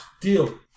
Deal